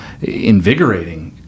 invigorating